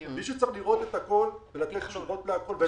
מישהו צריך לראות את הכול ולתת תשובות להכול.